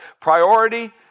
Priority